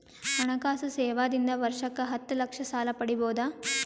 ಹಣಕಾಸು ಸೇವಾ ದಿಂದ ವರ್ಷಕ್ಕ ಹತ್ತ ಲಕ್ಷ ಸಾಲ ಪಡಿಬೋದ?